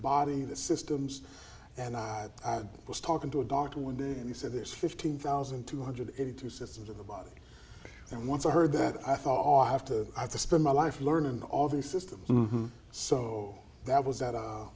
body the systems and i was talking to a doctor one day and he said this fifteen thousand two hundred and eighty two systems of the body and once i heard that i thought i have to spend my life learning all the systems so that was that